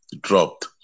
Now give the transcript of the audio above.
dropped